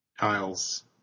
tiles